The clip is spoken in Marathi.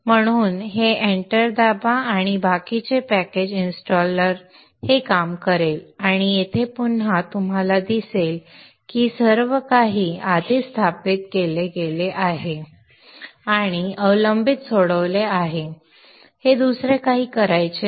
म्हणून हे एंटर दाबा आणि बाकीचे पॅकेज इंस्टॉलर हे काम करेल आणि येथे पुन्हा तुम्हाला दिसेल की सर्व काही आधीच स्थापित केले आहे आणि अवलंबित्व सोडवले आहे दुसरे काही करायचे नाही